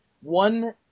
One